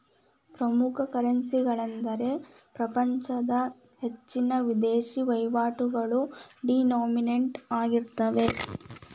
ಪ್ರಮುಖ ಕರೆನ್ಸಿಗಳೆಂದರೆ ಪ್ರಪಂಚದ ಹೆಚ್ಚಿನ ವಿದೇಶಿ ವಹಿವಾಟುಗಳು ಡಿನೋಮಿನೇಟ್ ಆಗಿರುತ್ತವೆ